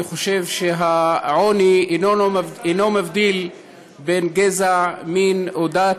אני חושב שהעוני אינו מבדיל בין גזע, מין או דת.